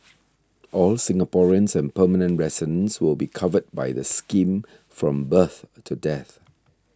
all Singaporeans and permanent residents will be covered by the scheme from birth to death